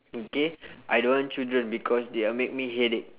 okay I don't want children because they are make me headache